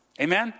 Amen